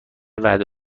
وعده